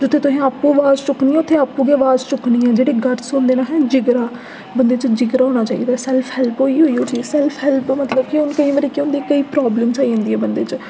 जित्थै तुसें आपूं वाज चुक्कनी उत्थै तुसें आपूं गै वाज चुक्कनी जेह्ड़े गटस होंदे न जिगरा बंदे बिच जिगरा होना चाहिदा सैल्फ हैल्प होई ओह् इ'यो चीज ऐ सैल्फ हैल्प होई कि ओह् केईं बारी केह् होंदी कि कोई प्राब्लमां आई जंदियां बंदे च